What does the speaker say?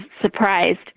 surprised